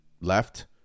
left